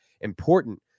important